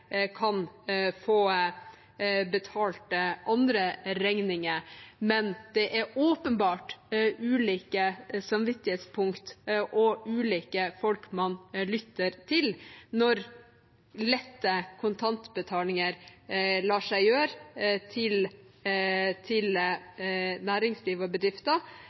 kan få betalt andre regninger. Men det er åpenbart at det er ulike samvittighetspunkt og ulike folk man lytter til, når kontantutbetalinger lett lar seg gjøre til næringsliv og bedrifter,